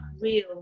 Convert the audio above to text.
real